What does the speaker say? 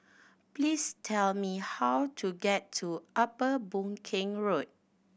please tell me how to get to Upper Boon Keng Road